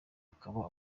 akaba